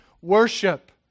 worship